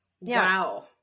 Wow